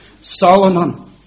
Solomon